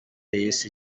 yise